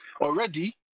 already